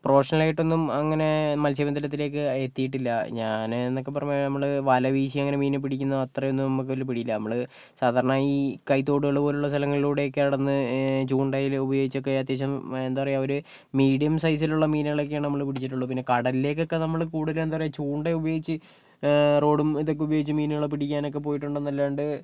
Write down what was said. പ്രൊഫഷണലായിട്ട് ഒന്നും അങ്ങനെ മത്സ്യ ബന്ധനത്തിലേക്ക് എത്തിയിട്ടില്ല ഞാന് എന്നൊക്കെ പറഞ്ഞാൽ നമ്മള് വല വീശി അങ്ങനെ മീനെ പിടിക്കുന്നു അത്രയും ഒന്നും നമുക്ക് വലിയ പിടി ഇല്ല നമ്മള് സാധാരണ ഈ കൈ തോടുകൾ പോലുള്ള സ്ഥലങ്ങളിലൂടെയൊക്കെ നടന്ന് ചൂണ്ടയില് ഉപയോഗിച്ചൊക്കെ അത്യാവശ്യം എന്താ പറയുക ഒരു മീഡിയം സൈസിലുള്ള മീനുകളെക്കേണ് നമ്മള് പിടിച്ചിട്ടുള്ളു പിന്നെ കടലിലേക്കോക്കെ നമ്മള് കൂടുതലും എന്താ പറയുക ചൂണ്ട ഉപയോഗിച്ച് റോഡും ഇതൊക്കെ ഉപയോഗിച്ച് മീനുകളെ പിടിക്കാനൊക്കെ പോയിട്ടുണ്ടെന്നല്ലാണ്ട്